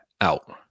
out